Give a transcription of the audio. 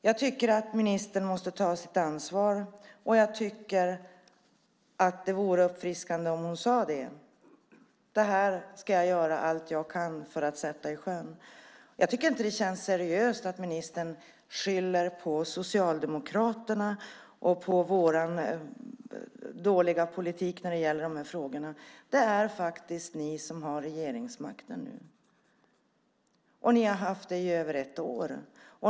Jag tycker att ministern måste ta sitt ansvar, och jag tycker att det vore uppfriskande om hon sade: Det här ska jag göra allt jag kan för att sätta i sjön. Jag tycker inte att det känns seriöst att ministern skyller på Socialdemokraterna och på vår dåliga politik när det gäller de här frågorna. Det är faktiskt ni som har regeringsmakten nu. Och ni har haft den i över ett år.